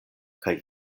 kaj